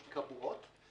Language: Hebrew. בועות,